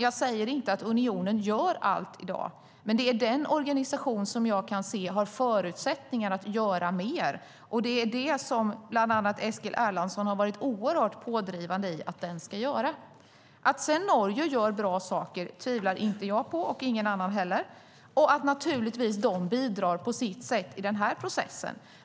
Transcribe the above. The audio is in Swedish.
Jag säger inte att unionen gör allt i dag, men det är den organisation som jag kan se har förutsättningar att göra mer, och det är det som bland annat Eskil Erlandsson har varit oerhört pådrivande i att den ska göra. Att sedan Norge gör bra saker tvivlar inte jag på och ingen annan heller. De bidrar naturligtvis på sitt sätt i den här processen.